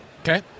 Okay